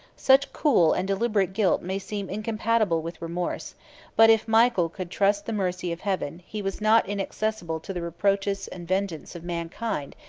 such cool and deliberate guilt may seem incompatible with remorse but if michael could trust the mercy of heaven, he was not inaccessible to the reproaches and vengeance of mankind,